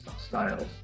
styles